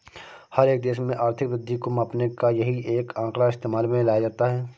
हर एक देश में आर्थिक वृद्धि को मापने का यही एक आंकड़ा इस्तेमाल में लाया जाता है